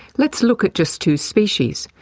let's look at just two species.